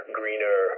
greener